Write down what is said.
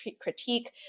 critique